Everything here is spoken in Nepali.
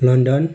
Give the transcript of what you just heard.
लन्डन